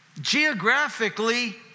geographically